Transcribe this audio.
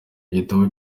igitabo